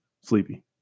sleepy